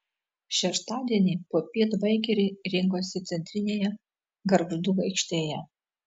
šeštadienį popiet baikeriai rinkosi centrinėje gargždų aikštėje